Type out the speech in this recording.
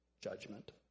judgment